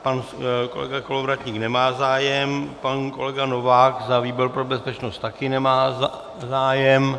Pan Kolovratník nemá zájem, pan kolega Novák za výbor pro bezpečnost taky nemá zájem.